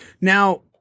Now